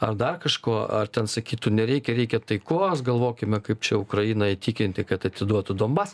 ar dar kažko ar ten sakytų nereikia reikia taikos galvokime kaip čia ukrainą įtikinti kad atiduotų donbasą